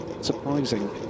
surprising